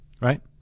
Right